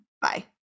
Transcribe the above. Bye